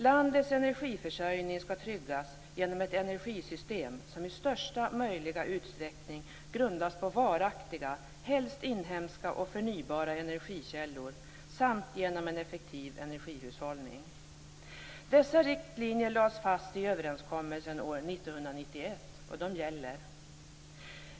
Landets energiförsörjning skall tryggas genom ett energisystem som i största möjliga utsträckning grundas på varaktiga, helst inhemska och förnybara energikällor samt genom en effektiv energihushållning. Dessa riktlinjer lades fast i överenskommelsen år 1991, och de gäller.